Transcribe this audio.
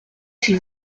s’il